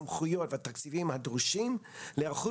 סמכויות והתקציבים הדרושים להיערכות